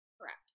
Correct